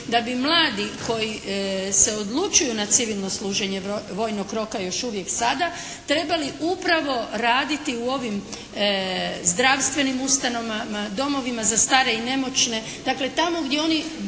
da bi mladi koji se odlučuju na civilno služenje vojnog roka još uvijek sada trebali upravo raditi u ovim zdravstvenim ustanovama, domovima za stare i nemoćne. Dakle, tamo gdje oni doslovno